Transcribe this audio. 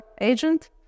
agent